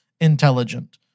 intelligent